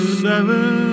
seven